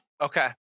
okay